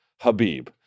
Habib